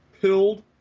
Pilled